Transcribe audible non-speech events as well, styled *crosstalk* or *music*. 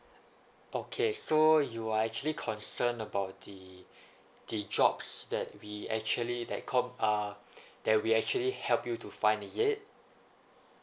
okay so you are actually concerned about the *breath* the jobs that we actually that called uh that we actually help you to find is it